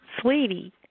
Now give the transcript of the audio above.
Sweetie